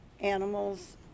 animals